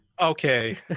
Okay